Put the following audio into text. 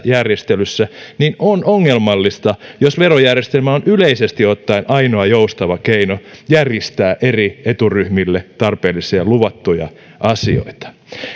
järjestelyssä niin on ongelmallista jos verojärjestelmä on yleisesti ottaen ainoa joustava keino järjestää eri eturyhmille tarpeellisia luvattuja asioita